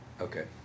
okay